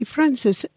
Francis